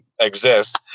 exists